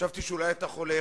חשבתי שאולי אתה חולה,